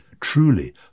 Truly